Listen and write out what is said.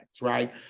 right